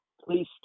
please